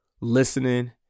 listening